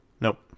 Nope